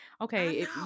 Okay